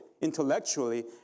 intellectually